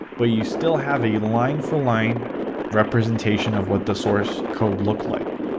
but you still have a line-for-line representation of what the source code look like.